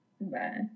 Bye